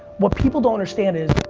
what people don't understand is,